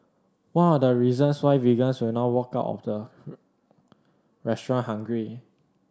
one of the reasons why vegans will not walk out of the restaurant hungry